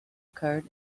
occurred